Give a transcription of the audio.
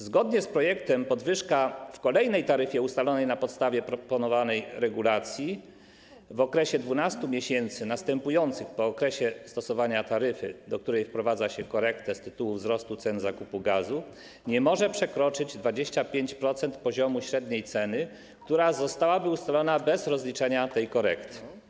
Zgodnie z projektem podwyżka w kolejnej taryfie, ustalonej na podstawie proponowanej regulacji, w okresie 12 miesięcy następujących po okresie stosowania taryfy, do której wprowadza się korektę z tytułu wzrostu cen zakupu gazu, nie może przekroczyć 25% poziomu średniej ceny, która zostałaby ustalona bez rozliczania tej korekty.